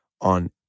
on